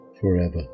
forever